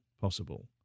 possible